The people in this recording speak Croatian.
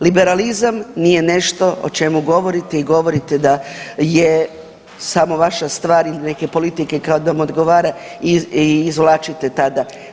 Liberalizam nije nešto o čemu govorite i govorite da je samo vaša stvar ili neke politike kada vam odgovara i izvlačite tada.